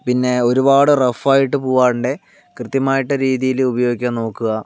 പിന്നെ ഒരുപാട് റഫ് ആയിട്ട് പൂവാണ്ട് കൃത്യമായിട്ട് രീതിയില് ഉപയോഗിയ്ക്കാൻ നോക്കുക